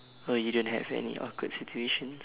oh you don't have any awkward situations